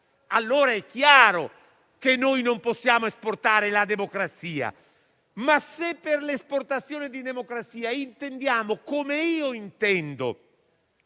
allora è chiaro che non possiamo esportare la democrazia. Se, invece, per esportazione di democrazia intendiamo - come io intendo